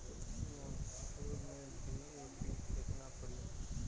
मसूर में डी.ए.पी केतना पड़ी?